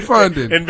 funding